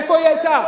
איפה היא היתה?